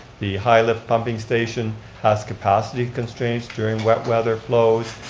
the high lift pumping station has capacity constraints during wet weather flows,